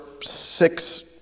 six